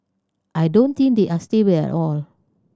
I don't think they are stable at all